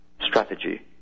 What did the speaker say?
strategy